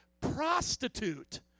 prostitute